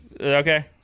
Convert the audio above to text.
Okay